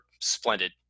splendid